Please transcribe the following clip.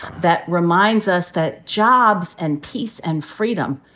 that reminds us that jobs, and peace, and freedom,